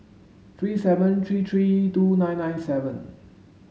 three seven three three two nine nine seven